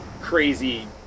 crazy